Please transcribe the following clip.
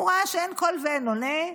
הוא ראה שאין קול ואין עונה.